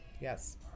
Yes